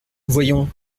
voyons